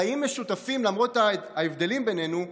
חיים משותפים, למרות ההבדלים בינינו,